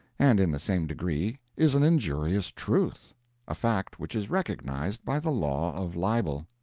and in the same degree, is an injurious truth a fact which is recognized by the law of libel.